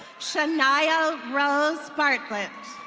shania rose bartlett.